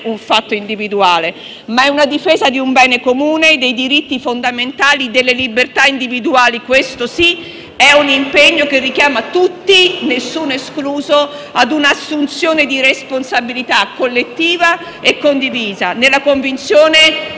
un fatto individuale, ma è la difesa di un bene comune, dei diritti fondamentali e delle libertà individuali. Questo sì è un impegno che richiama tutti, nessuno escluso, a un'assunzione di responsabilità collettiva e condivisa, nella convinzione